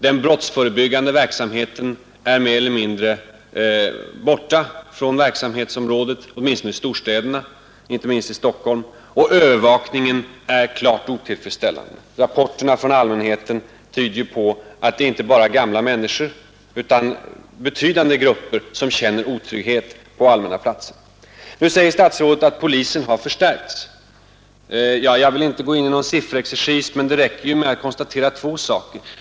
Den brottsförebyggande insatsen är mer eller mindre borta från verksamhetsområdet, åtminstone i storstäderna, inte minst i Stockholm, och övervakningen är klart otillfredsställande. Rapporterna från allmänheten tyder på att det inte bara är gamla människor utan betydande grupper som känner otrygghet på allmänna platser. Nu säger statsrådet att polisen har förstärkts. Jag vill inte gå in i någon sifferexercis men det räcker med att konstatera två saker.